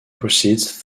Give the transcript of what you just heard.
proceeds